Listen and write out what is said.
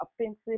offensive